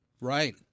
Right